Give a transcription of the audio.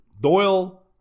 Doyle